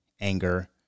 anger